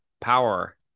power